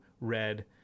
red